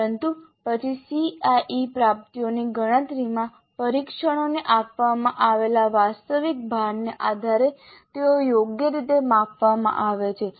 પરંતુ પછી CIE પ્રાપ્તિઓની ગણતરીમાં પરીક્ષણોને આપવામાં આવેલા વાસ્તવિક ભારને આધારે તેઓ યોગ્ય રીતે માપવામાં આવે છે